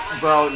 bro